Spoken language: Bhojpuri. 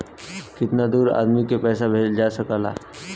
कितना दूर आदमी के पैसा भेजल जा सकला?